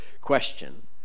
question